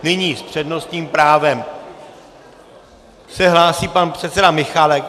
Nyní s přednostním právem se hlásí pan předseda Michálek.